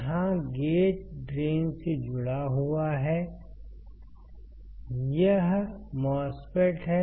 यहां gate drain से जुड़ा हुआ है यह MOSFET है